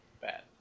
bad